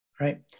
right